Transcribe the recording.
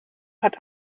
hat